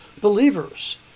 believers